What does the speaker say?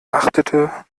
achtete